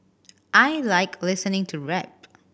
I like listening to rap